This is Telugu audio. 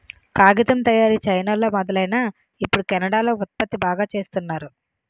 కాగితం తయారీ చైనాలో మొదలైనా ఇప్పుడు కెనడా లో ఉత్పత్తి బాగా చేస్తున్నారు